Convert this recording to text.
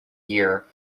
year